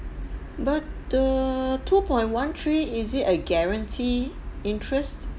but the two point one three is it a guarantee interest